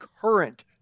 current